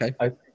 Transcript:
okay